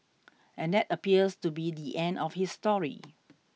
and that appears to be the end of his story